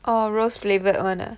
orh rose flavoured [one] ah